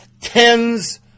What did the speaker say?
Tens